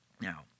Now